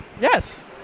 yes